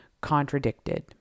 contradicted